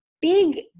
big